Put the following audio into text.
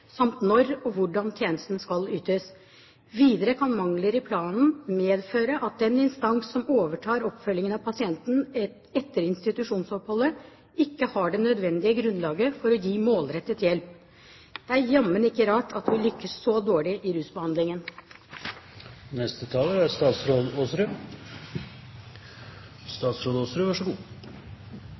samt når og hvordan tjenestene skal ytes. Videre kan mangler i planen medføre at den instans som overtar oppfølgingen av pasienten etter institusjonsoppholdet, ikke har det nødvendige grunnlaget for å gi målrettet hjelp.» Det er jammen ikke rart at vi lykkes så dårlig i